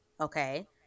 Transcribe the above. Okay